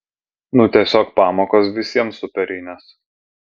nu tiesiog pamokos visiems superinės